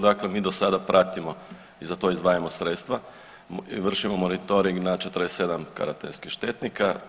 Dakle, mi do sada pratimo i za to izdvajamo sredstva i vršimo monitoring na 47 karantenskih štetnika.